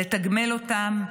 לתגמל אותם,